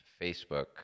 Facebook